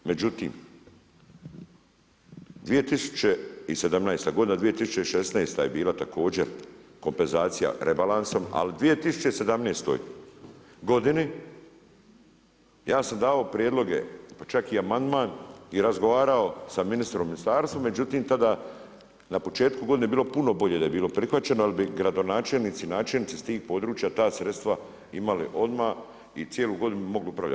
Međutim, 2017. godina, 2016. je bila također kompenzacija rebalansom ali u 2017. godini ja sam dao prijedloge, pa čak i amandman i razgovarao sa ministrom i ministarstvom, međutim tada na početku godine je bilo puno bolje da je bilo prihvaćeno jer bi gradonačelnici i načelnici sa tih područja ta sredstva imali odmah i cijelu godinu bi mogli upravljati.